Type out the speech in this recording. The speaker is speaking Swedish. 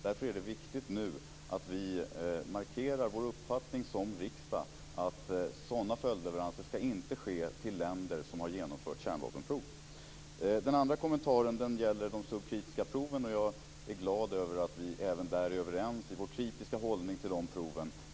Därför är det viktigt att riksdagen nu markerar uppfattningen att sådana följdleveranser inte skall ske till länder som har genomfört kärnvapenprov. Den andra kommentaren gäller de så kritiserade proven. Jag är glad över att vi även där är överens i vår kritiska hållning till proven.